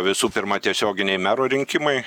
visų pirma tiesioginiai mero rinkimai